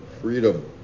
freedom